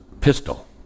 pistol